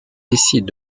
décident